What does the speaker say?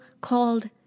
called